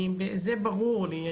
זה ברור לי.